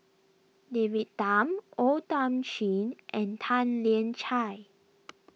David Tham O Thiam Chin and Tan Lian Chye